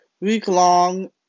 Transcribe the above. week-long